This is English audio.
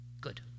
Good